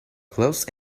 closed